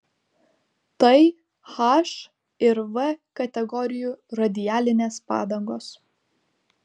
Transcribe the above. tai h ir v kategorijų radialinės padangos